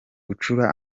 gucura